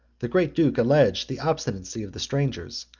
the great duke alleged the obstinacy of the strangers,